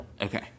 Okay